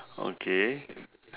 okay